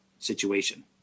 situation